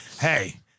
Hey